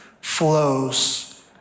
flows